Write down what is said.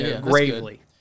gravely